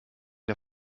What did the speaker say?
der